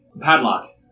Padlock